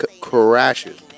crashes